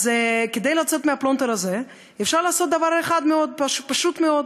כדי לצאת מהפלונטר הזה אפשר לעשות דבר אחד פשוט מאוד: